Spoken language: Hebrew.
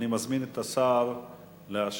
אני מזמין את השר להשיב